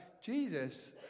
Jesus